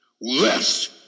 Lest